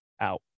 out